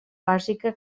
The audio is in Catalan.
bàsica